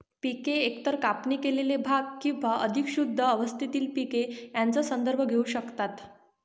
पिके एकतर कापणी केलेले भाग किंवा अधिक शुद्ध अवस्थेतील पीक यांचा संदर्भ घेऊ शकतात